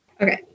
okay